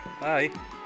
bye